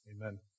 Amen